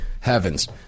heavens